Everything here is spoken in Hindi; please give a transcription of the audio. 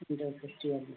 दो सौ तैंतालीस